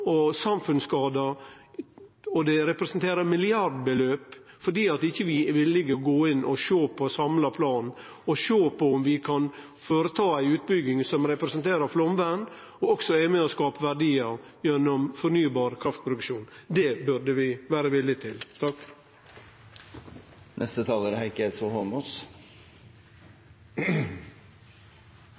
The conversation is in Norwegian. ikkje er villige til å gå inn og sjå på samla plan og på om vi kan gjere ei utbygging som representerer flaumvern, og er også med og skapar verdiar gjennom fornybar kraftproduksjon. Det burde vi vere villige til. La meg bare begynne med å understreke at jeg er